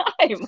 time